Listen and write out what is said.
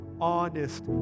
honest